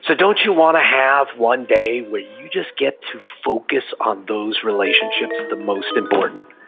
so don't you want to have one day where you just get to focus on those relationships the most important?